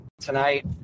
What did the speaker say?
tonight